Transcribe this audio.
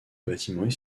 bâtiment